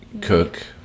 Cook